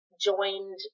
joined